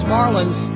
Marlins